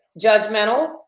Judgmental